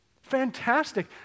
fantastic